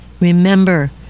Remember